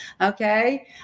Okay